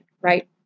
right